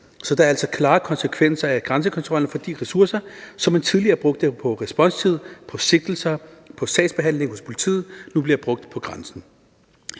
Så der er altså klare konsekvenser af grænsekontrollen, for de ressourcer, som man tidligere brugte på responstid, på sigtelser, på sagsbehandling hos politiet, bliver nu brugt på